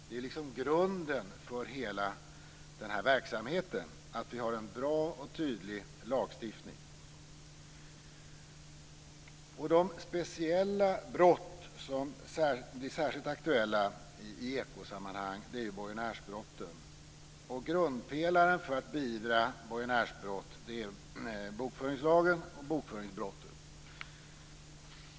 Det är liksom grunden för hela den här verksamheten att vi har en bra och tydlig lagstiftning. De speciella brott som blir särskilt aktuella i ekosammanhang är borgenärsbrotten. Grundpelaren för att beivra borgenärsbrott är bokföringslagen, bokföringsbrottet.